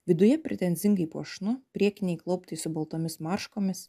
viduje pretenzingai puošnu priekiniai klauptai su baltomis marškomis